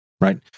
right